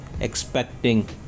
expecting